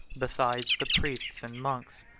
besides the priests and monks,